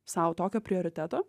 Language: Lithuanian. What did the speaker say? sau tokio prioriteto